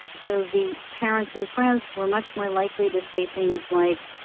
so the parents in france were much more likely to say things like,